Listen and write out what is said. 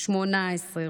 בן 18,